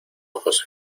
ojos